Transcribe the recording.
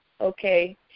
okay